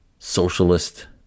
socialist